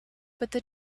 but